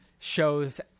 shows